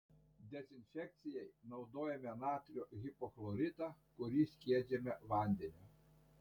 dezinfekcijai naudojame natrio hipochloritą kurį skiedžiame vandeniu